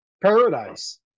paradise